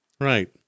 Right